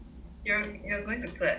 you are you are going to clap